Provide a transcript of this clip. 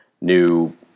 new